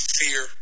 fear